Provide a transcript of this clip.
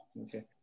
Okay